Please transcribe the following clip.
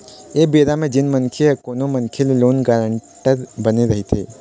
ऐ बेरा म जेन मनखे ह कोनो मनखे के लोन गारेंटर बने रहिथे